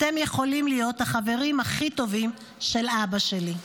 אתם יכולים להיות החברים הכי טובים של אבא שלי.